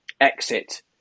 exit